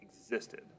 existed